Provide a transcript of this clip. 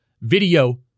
video